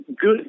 good